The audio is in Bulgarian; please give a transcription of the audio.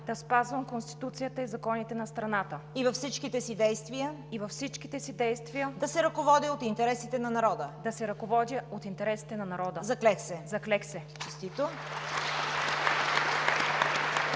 да спазвам Конституцията и законите на страната и във всичките си действия да се ръководя от интересите на народа. Заклех се!“